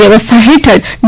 વ્યવસ્થા હેઠળ ડી